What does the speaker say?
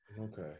Okay